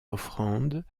offrandes